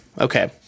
Okay